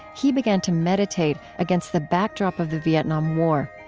he began to meditate against the backdrop of the vietnam war.